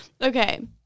Okay